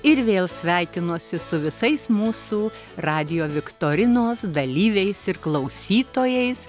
ir vėl sveikinuosi su visais mūsų radijo viktorinos dalyviais ir klausytojais